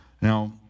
Now